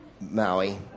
Maui